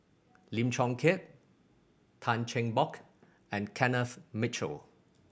Lim Chong Keat Tan Cheng Bock and Kenneth Mitchell